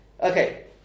okay